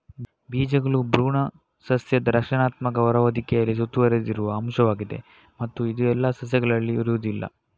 ಬೀಜಗಳು ಭ್ರೂಣ ಸಸ್ಯದ ರಕ್ಷಣಾತ್ಮಕ ಹೊರ ಹೊದಿಕೆಯಲ್ಲಿ ಸುತ್ತುವರೆದಿರುವ ಅಂಶವಾಗಿದೆ ಮತ್ತು ಇದು ಎಲ್ಲಾ ಸಸ್ಯಗಳಲ್ಲಿ ಇರುವುದಿಲ್ಲ